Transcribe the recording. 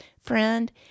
friend